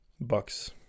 bucks